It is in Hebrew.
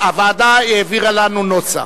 הוועדה העבירה לנו נוסח.